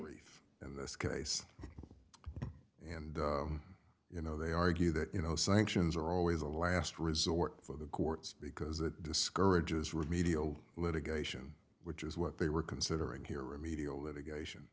if in this case and you know they argue that you know sanctions are always a last resort for the courts because it discourages remedial litigation which is what they were considering here remedial litigation